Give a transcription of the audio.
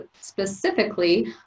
specifically